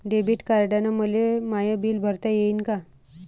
Debit कार्डानं मले my bill भरता येईन का?